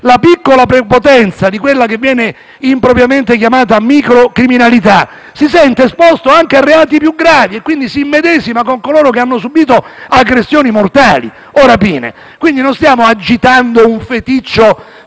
la piccola prepotenza di quella che viene impropriamente chiamata microcriminalità si sente esposto anche a reati più gravi e quindi si immedesima con coloro che hanno subito aggressioni mortali o rapine. Non stiamo quindi agitando un feticcio